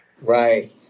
right